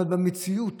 אבל במציאות